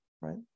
right